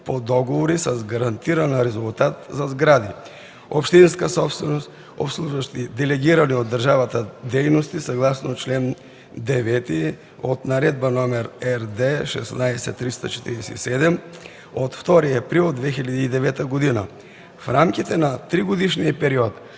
по договори с гарантиран резултат за сгради – общинска собственост, обслужващи делегирани от държавата дейности съгласно чл. 9 от Наредба № РД-16-347 от 2 април 2009 г. В рамките на тригодишния период